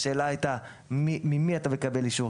השאלה הייתה ממי אתה מקבל אישור,